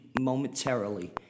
momentarily